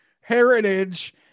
Heritage